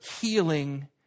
healing